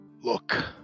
look